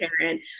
parent